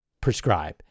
prescribe